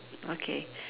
okay